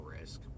risk